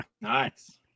Nice